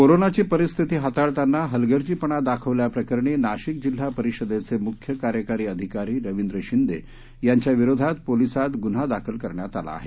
कोरोनाची परिस्थिती हाताळताना हलगर्जीपणा दाखवल्याप्रकरणी नाशिक जिल्हा परिषदेचे मुख्य कार्यकारी अधिकारी रविंद्र शिंदे यांच्या विरोधात पोलीसांत गुन्हा दाखल करण्यात आला आहे